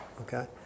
Okay